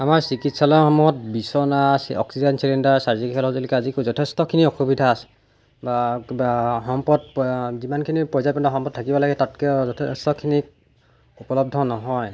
আমাৰ চিকিৎসালয়সমূহত বিচনা অক্সিজেন চিলিণ্ডাৰ ছাৰ্জিকেল সঁজুলিকে আদি কৰি যথেষ্টখিনি অসুবিধা আছে সম্পদ যিমানখিনি পৰ্যায় সম্পদ থাকিব লাগে তাতকৈ যথেষ্টখিনি উপলব্ধ নহয়